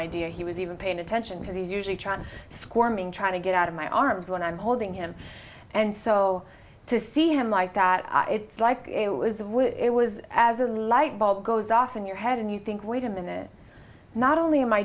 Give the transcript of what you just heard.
idea he was even paying attention to the usually trying to squirming trying to get out of my arms when i'm holding him and so to see him like that it's like it was a it was as a lightbulb goes off in your head and you think wait a minute not only am i